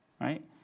right